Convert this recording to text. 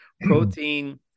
protein